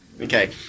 Okay